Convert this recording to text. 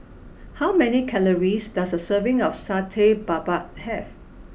how many calories does a serving of Satay Babat have